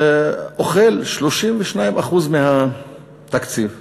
אוכל 32% מהתקציב כולו.